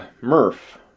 Murph